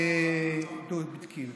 זה הבדיקות,